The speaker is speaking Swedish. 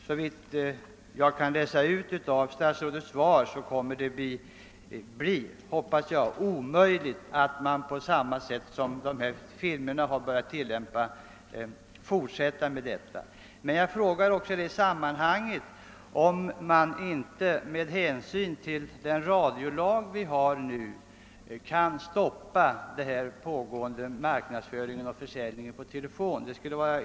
Såvitt jag kan utläsa av statsrådets svar torde det komma att bli omöjligt att fortsätta med denna reklammetod. Det skulle vara intressant att i det sammanhanget också få höra av statsrådet Geijer, om det inte finns förutsättningar att med den radiolag vi har stoppa denna marknadsföring och försäljning per telefon.